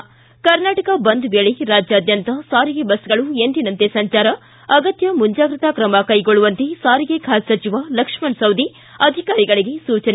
ು ಕರ್ನಾಟಕ ಬಂದ್ ವೇಳೆ ರಾಜ್ಯಾದ್ಯಂತ ಸಾರಿಗೆ ಬಸ್ಗಳು ಎಂದಿನಂತೆ ಸಂಚಾರ ಅಗತ್ತ ಮುಂಜಾಗ್ರತಾ ಕ್ರಮ ಕೈಗೊಳ್ಳುವಂತೆ ಸಾರಿಗೆ ಖಾತೆ ಸಚಿವ ಲಕ್ಷ್ಮಣ ಸವದಿ ಅಧಿಕಾರಿಗಳಿಗೆ ಸೂಚನೆ